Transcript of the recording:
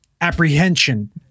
apprehension